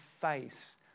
face